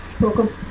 Welcome